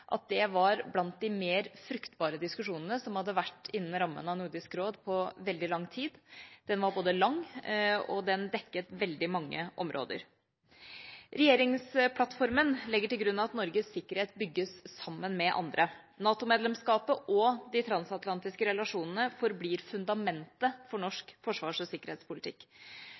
at det var blant de mer fruktbare diskusjonene som hadde vært innen rammen av Nordisk Råd på veldig lang tid. Den var både lang og dekket veldig mange områder. Regjeringsplattformen legger til grunn at Norges sikkerhet bygges sammen med andre. NATO-medlemskapet og de transatlantiske relasjonene forblir fundamentet for norsk forsvars- og sikkerhetspolitikk.